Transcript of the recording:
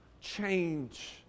change